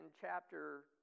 chapter